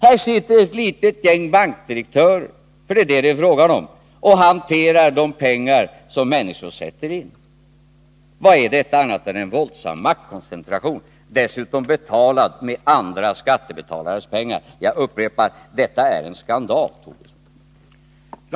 Här sitter ett litet gäng bankdirektörer — för det är vad det är fråga om — och hanterar de pengar som människor sätter in. Vad är detta annat än en våldsam maktkoncentration — dessutom betalad med andra skattebetalares pengar? Jag upprepar: Detta är en skandal.